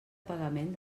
pagament